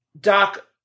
Doc